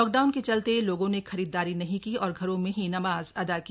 lockdown के चलते लोगों ने खरीदारी नहीं की और घरों में ही नमाज अदा की